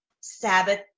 Sabbath